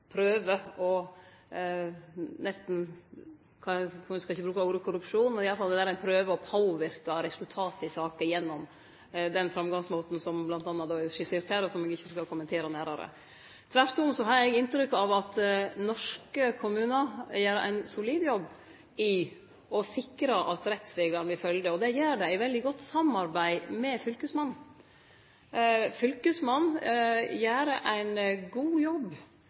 nesten bevisst – no skal eg ikkje bruke ordet «korrupsjon» – prøver å påverke resultatet i saka gjennom den framgangsmåten som m.a. er skissert her, og som eg ikkje skal kommentere nærmare. Tvert om har eg inntrykk av at norske kommunar gjer ein solid jobb i å sikre at rettsreglane vert følgde. Det gjer dei i veldig godt samarbeid med fylkesmannen. Fylkesmannen gjer ein god jobb